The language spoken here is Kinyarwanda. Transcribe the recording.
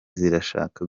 zirashaka